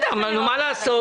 בסדר, מה לעשות.